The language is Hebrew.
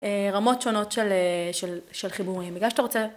רמות שונות של חיבורים. בגלל שאתה רוצה